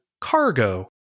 cargo